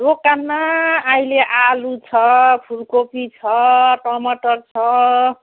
दोकानमा अहिले आलु छ फुलकोपी छ टमाटर छ